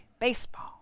baseball